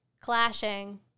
Clashing